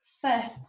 first